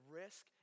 risk